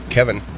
Kevin